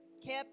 Kip